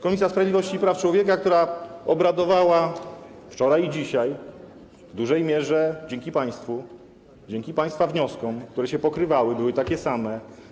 Komisja Sprawiedliwości i Praw Człowieka obradowała wczoraj i dzisiaj, w dużej mierze dzięki państwu, dzięki państwa wnioskom, które się pokrywały, były takie same.